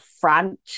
front